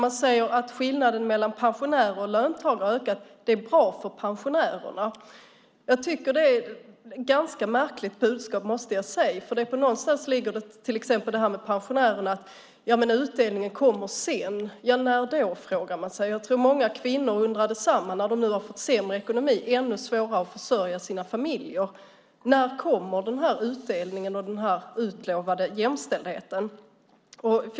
Man säger att skillnaden mellan pensionärer och löntagare har ökat och att det är bra för pensionärerna. Jag tycker att det är ett ganska märkligt budskap, måste jag säga. Någonstans ligger detta att utdelningen kommer sedan för pensionärerna, exempelvis. När då? frågar man sig. Jag tror att många kvinnor undrar detsamma när de nu har fått sämre ekonomi och ännu svårare att försörja sina familjer. När kommer utdelningen och den utlovade jämställdheten?